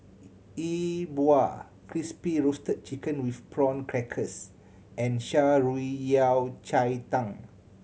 E Bua Crispy Roasted Chicken with Prawn Crackers and Shan Rui Yao Cai Tang